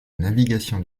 navigation